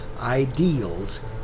ideals